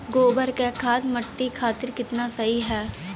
गोबर क खाद्य मट्टी खातिन कितना सही ह?